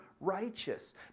righteous